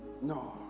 no